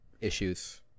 issues